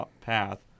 path